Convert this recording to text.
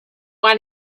want